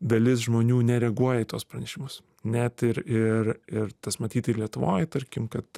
dalis žmonių nereaguoja į tuos pranešimus net ir ir ir tas matyt ir lietuvoj tarkim kad